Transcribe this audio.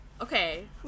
Okay